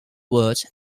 word